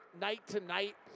night-to-night